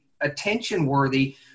attention-worthy